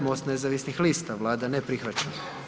MOST nezavisnih lista, Vlada ne prihvaća.